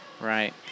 Right